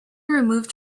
removed